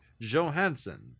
Johansson